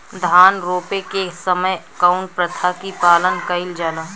धान रोपे के समय कउन प्रथा की पालन कइल जाला?